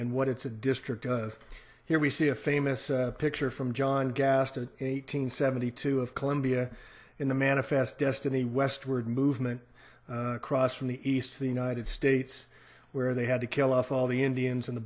and what its a district here we see a famous picture from john gas to eight hundred seventy two of columbia in the manifest destiny westward movement across from the east to the united states where they had to kill off all the indians and the